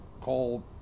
call